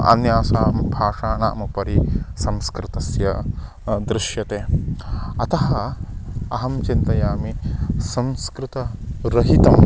अन्यासां भाषाणामुपरि संस्कृतस्य दृश्यते अतः अहं चिन्तयामि संस्कृतरहितम्